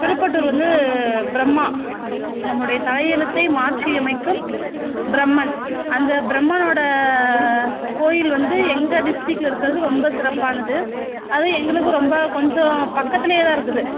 திருப்பட்டூர் வந்து ப்ரம்மா நம்முடைய தலையெழுத்தை மாற்றி அமைக்கும் ப்ரம்மன் அந்த ப்ரம்மனோடய கோயில் வந்து எங்கள் டிஸ்ட்ரிக்கில் இருக்கிறது ரொம்ப சிறப்பானது அதுவும் எங்களுக்கு ரொம்ப கொஞ்சம் பக்கத்துலேயேதான் இருக்குது